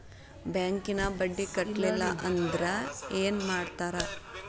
ಬ್ಯಾಂಕಿನ ಬಡ್ಡಿ ಕಟ್ಟಲಿಲ್ಲ ಅಂದ್ರೆ ಏನ್ ಮಾಡ್ತಾರ?